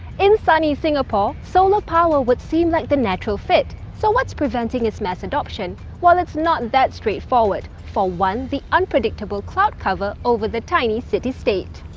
in sunny singapore, solar power would seem like the natural fit. so what's preventing its mass adoption? well, it's not that straightforward. for one, the unpredictable cloud cover over the tiny city-state.